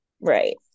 right